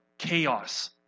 Chaos